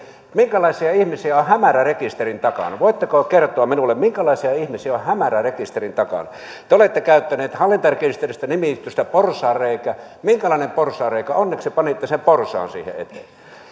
minkälaisia ihmisiä on hämärärekisterin takana voitteko kertoa minulle minkälaisia ihmisiä on hämärärekisterin takana te olette käyttänyt hallintarekisteristä nimitystä porsaanreikä minkälainen porsaanreikä onneksi panitte sen porsaan siihen eteen